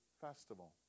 festival